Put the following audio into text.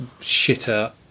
shitter